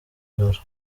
joro